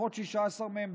לפחות 16 מהם,